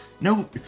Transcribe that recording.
No